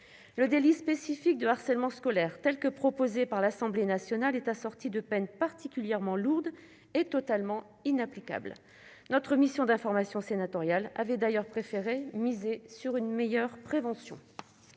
Le délit spécifique de harcèlement scolaire tel que l'Assemblée nationale le propose est assorti de peines particulièrement lourdes et totalement inapplicables. Notre mission d'information sénatoriale avait d'ailleurs préféré miser sur une meilleure prévention.